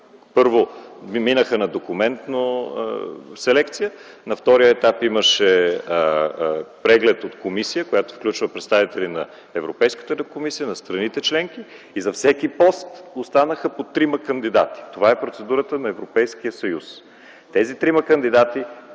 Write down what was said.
първо, минаха на документна селекция, на втория етап имаше преглед от комисия, която включва представители на Европейската комисия на страните членки и за всеки пост останаха по трима кандидати. Това е процедурата на Европейския съюз. Тези трима кандидати